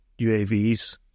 UAVs